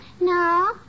No